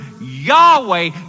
Yahweh